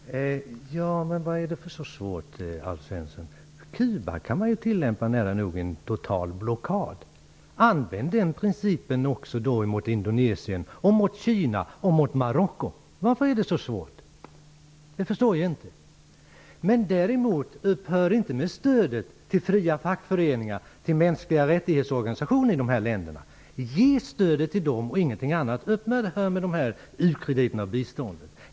Fru talman! Vad är det som är så svårt, Alf Svensson? När det gäller Cuba går det ju att tillämpa nära nog en total blockad. Använd då också den principen mot Indonesien, Kina och Marocko! Varför är det så svårt? Det förstår jag inte. Upphör däremot inte med stödet till fria fackföreningar och till organisationer för mänskliga rättigheter i dessa länder. Ge stödet till dem, och ingenting annat! Upphör med dessa u-krediter och biståndet!